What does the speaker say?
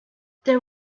there